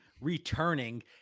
returning